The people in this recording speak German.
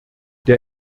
der